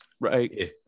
Right